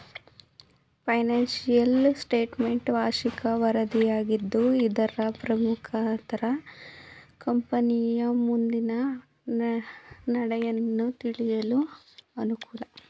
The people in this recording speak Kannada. ಫೈನಾನ್ಸಿಯಲ್ ಸ್ಟೇಟ್ಮೆಂಟ್ ವಾರ್ಷಿಕ ವರದಿಯಾಗಿದ್ದು ಇದರ ಮುಖಾಂತರ ಕಂಪನಿಯ ಮುಂದಿನ ನಡೆಯನ್ನು ತಿಳಿಯಲು ಅನುಕೂಲ